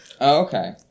okay